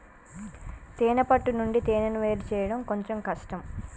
తేనే పట్టు నుండి తేనెను వేరుచేయడం కొంచెం కష్టం